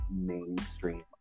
mainstream